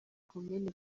komini